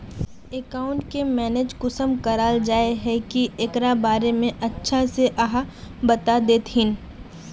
Account के manage कुंसम कराल जाय है की एकरा बारे में अच्छा से आहाँ बता देतहिन?